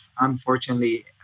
unfortunately